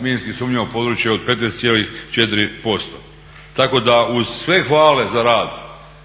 minski sumnjivo područje od 15,4%. Tako da uz sve hvale za rad